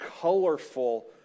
colorful